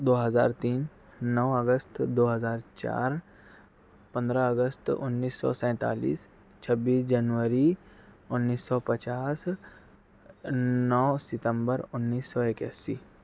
دو ہزار تین نو اگست دو ہزار چار پندرہ اگست انیس سو سینتالیس چھبیس جنوری انیس سو پچاس نو ستمبر انیس سو اکیاسی